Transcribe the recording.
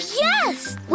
yes